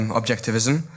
objectivism